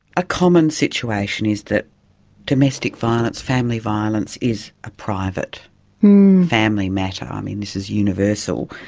a common situation is that domestic violence, family violence is a private family matter. um and this is universal.